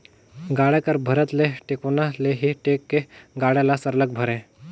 गाड़ा कर भरत ले टेकोना ले ही टेक के गाड़ा ल सरलग भरे